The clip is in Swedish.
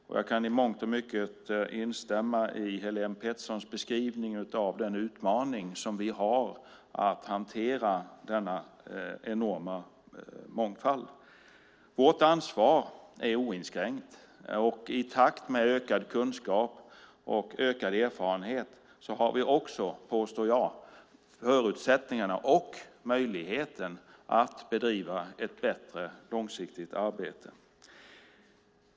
Och jag kan i mångt och mycket instämma i Helén Petterssons beskrivning av den utmaning som vi har att hantera denna enorma mångfald. Vårt ansvar är oinskränkt, och i takt med ökad kunskap och ökad erfarenhet har vi också, påstår jag, förutsättningarna och möjligheten att bedriva ett bättre långsiktigt arbete.